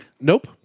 Nope